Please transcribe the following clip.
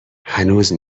هنوز